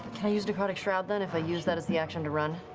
can i use necrotic shroud, then, if i use that as the action to run?